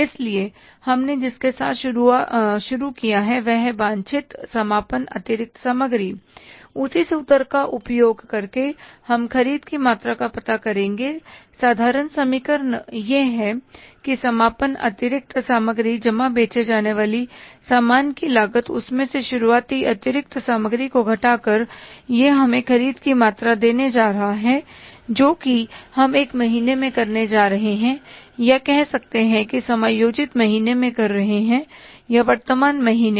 इसलिए हमने जिसके साथ शुरू किया है वह है वांछित समापन अतिरिक्त सामग्री उसी सूत्र का उपयोग करके हम ख़रीद की मात्रा का पता करेंगे साधारण समीकरण यह है कि समापन अतिरिक्त सामग्री जमा बेचे जाने वाले सामान की लागत उसमें से शुरुआती अतिरिक्त सामग्री को घटाकर यह हमें ख़रीद की मात्रा देने जा रहा है जो कि हम एक महीने में करने जा रहे हैं या कह सकते हैं कि समायोजित महीने में कर रहे हैं या वर्तमान महीने में